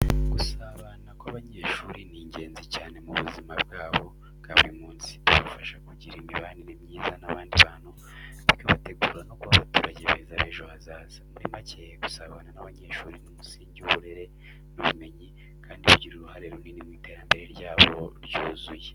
Gusabana kw’abanyeshuri ni ingenzi cyane mu buzima bwabo bwa buri munsi. Bibafasha kugira imibanire myiza n’abandi bantu, bikabategura no kuba abaturage beza b'ejo hazaza. Muri make, gusabana kw’abanyeshuri ni umusingi w’uburere n’ubumenyi, kandi bigira uruhare runini mu iterambere ryabo ryuzuye.